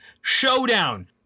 Showdown